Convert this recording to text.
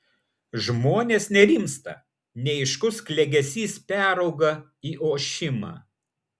žmonės nerimsta neaiškus klegesys perauga į ošimą